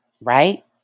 right